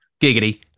giggity